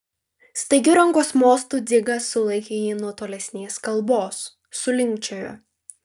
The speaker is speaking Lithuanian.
staigiu rankos mostu dzigas sulaikė jį nuo tolesnės kalbos sulinkčiojo